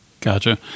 Gotcha